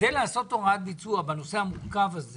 כדי לעשות הוראת ביצוע בנושא המורכב הזה